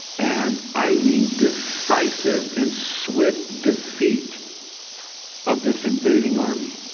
and i mean, decisive and swift defeat of this invading army.